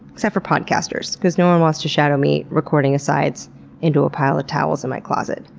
except for podcasters because no one wants to shadow me recording asides into a pile of towels in my closet.